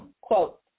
quote